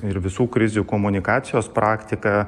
ir visų krizių komunikacijos praktika